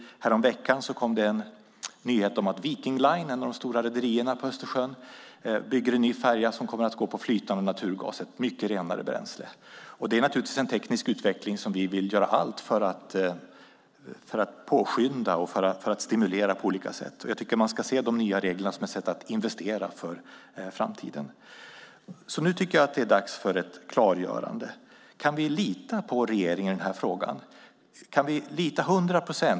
Häromveckan kom nyheten att Viking Line, ett av de stora rederierna på Östersjön, bygger en ny färja som kommer att gå på flytande naturgas, ett mycket renare bränsle. Det är en teknisk utveckling som vi naturligtvis vill göra allt för att påskynda och på olika sätt stimulera. Jag tycker att man ska se de nya reglerna som ett sätt att investera för framtiden. Nu tycker jag att det är dags för ett klargörande. Kan vi lita på regeringen till hundra procent i den här frågan?